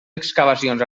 excavacions